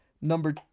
number